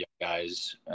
guys